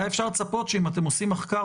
היה אפשר לצפות שאם אתם עושים מחקר